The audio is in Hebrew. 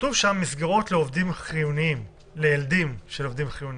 כתוב שם: מסגרות לילדים של עובדים חיוניים.